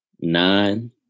nine